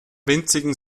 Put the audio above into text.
winzigen